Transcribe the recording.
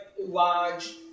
large